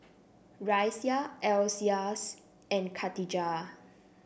Raisya Elyas and Khatijah